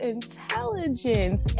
Intelligence